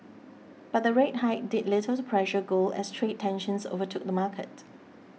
but the rate hike did little to pressure gold as trade tensions overtook the market